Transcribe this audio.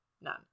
None